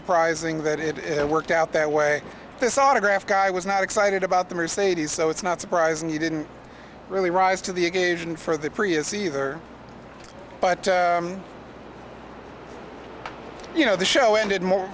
surprising that it worked out that way this autograph guy was not excited about the mercedes so it's not surprising he didn't really rise to the occasion for the prius either but you know the show ended more